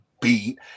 beat